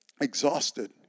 exhausted